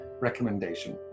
recommendation